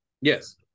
Yes